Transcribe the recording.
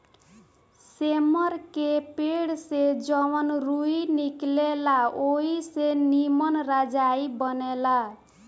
सेमर के पेड़ से जवन रूई निकलेला ओई से निमन रजाई बनेला